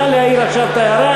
נא להעיר עכשיו את ההערה,